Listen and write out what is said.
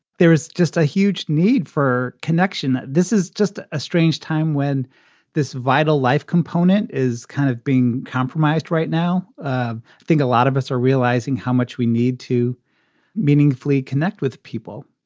there is just a huge need for connection. this is just a a strange time when this vital life component is kind of being compromised right now. i think a lot of us are realizing how much we need to meaningfully connect with people.